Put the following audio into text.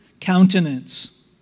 countenance